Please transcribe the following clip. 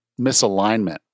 misalignment